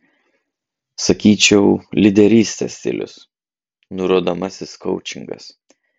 sakyčiau lyderystės stilius nurodomasis koučingas